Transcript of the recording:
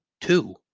two